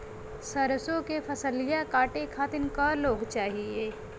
सरसो के फसलिया कांटे खातिन क लोग चाहिए?